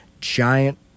giant